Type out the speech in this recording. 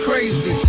Crazy